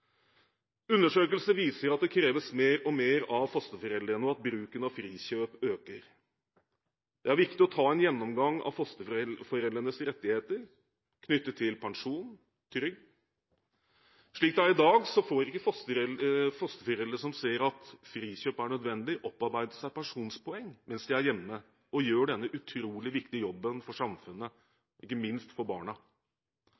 Undersøkelser viser at det kreves mer og mer av fosterforeldrene, og at bruken av frikjøp øker. Det er viktig å ta en gjennomgang av fosterforeldrenes rettigheter knyttet til pensjon og trygd. Slik det er i dag, får ikke fosterforeldre som ser at frikjøp er nødvendig, opparbeidet seg pensjonspoeng mens de er hjemme og gjør denne utrolig viktige jobben for samfunnet